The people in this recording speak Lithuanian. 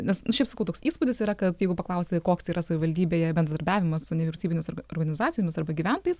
nes nu šiaip sakau toks įspūdis yra kad jeigu paklausi koks yra savivaldybėje bendradarbiavimas su nevyriausybinės organizacijomis arba gyventojais